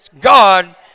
God